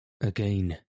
Again